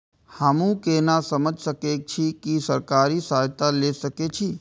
हमू केना समझ सके छी की सरकारी सहायता ले सके छी?